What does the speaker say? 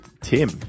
Tim